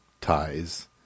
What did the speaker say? ties